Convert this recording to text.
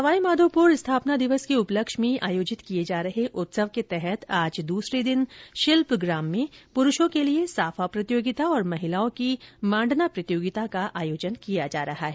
सवाई माधोपुर स्थापना दिवस के उपलक्ष्य में आयोजित किए जा रहे उत्सव के तहत आज दूसरे दिन शिल्पग्राम में पुरुषों के लिए साफा प्रतियोगिता और महिलाओं की मांडना प्रतियोगिता का आयोजन किया जा रहा है